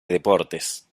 deportes